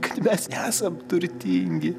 kad mes nesam turtingi